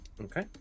Okay